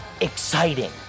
Exciting